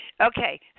Okay